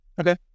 Okay